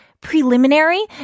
preliminary